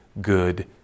good